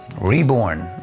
reborn